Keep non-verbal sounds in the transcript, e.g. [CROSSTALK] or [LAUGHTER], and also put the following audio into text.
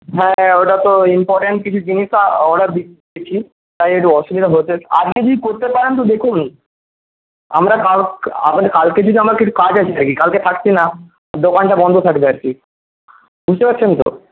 হ্যাঁ ওটাতো ইম্পর্ট্যান্ট কিছু জিনিসটা অর্ডার [UNINTELLIGIBLE] দিয়েছি তাই একটু অসুবিধা হচ্ছে আজকে কি করতে পারেন তো দেখুন আমরা কাল আপনি কালকে যদি আমার একটু কাজ আছে আর কি কালকে থাকছি না দোকানটা বন্ধ থাকবে আর কি বুঝতে পারছেন তো